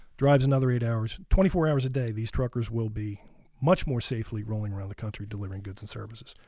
drives another eight hours. twenty four hours a day these truckers will be much more safely rolling around the country delivering goods and services.